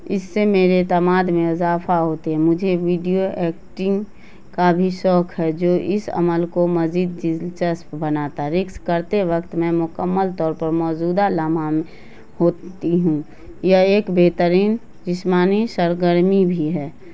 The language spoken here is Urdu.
اس سے میرے اعتماد میں اضافہ ہوتے ہے مجھے ویڈیو ایکٹنگ کا بھی شوق ہے جو اس عمل کو مزید دلچسپ بناتا رسک کرتے وقت میں مکمل طور پر موجودہ لمحہ ہوتی ہوں یہ ایک بہترین جسمانی سرگرمی بھی ہے